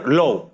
low